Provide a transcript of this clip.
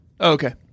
okay